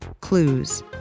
clues